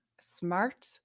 smart